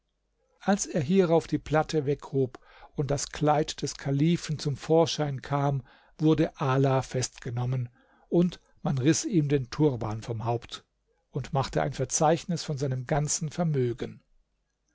als er hierauf die platte weghob und das kleid des kalifen zum vorschein kam wurde ala festgenommen und man riß ihm den turban vom haupt und machte ein verzeichnis von seinem ganzen vermögen